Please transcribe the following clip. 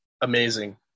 amazing